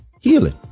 Healing